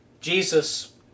Jesus